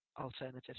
alternative